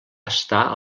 estar